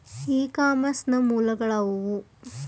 E commerce ನ ಮೂಲಗಳು ಯಾವುವು?